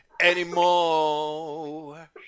anymore